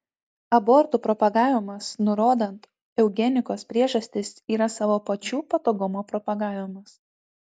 abortų propagavimas nurodant eugenikos priežastis yra savo pačių patogumo propagavimas